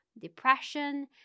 depression